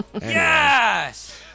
Yes